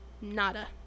nada